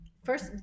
First